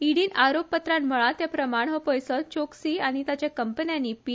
इडी न आरोप पत्रात म्हळा ते प्रमाण हो पैसो चोक्सी आनी ताच्या कंपन्यानी पी